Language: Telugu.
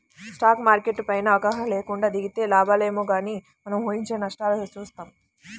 స్టాక్ మార్కెట్టు పైన అవగాహన లేకుండా దిగితే లాభాలేమో గానీ మనం ఊహించని నష్టాల్ని చూత్తాం